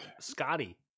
Scotty